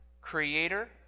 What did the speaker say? creator